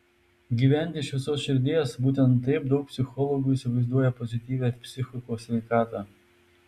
gyventi iš visos širdies būtent taip daug psichologų įsivaizduoja pozityvią psichikos sveikatą